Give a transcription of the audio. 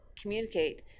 communicate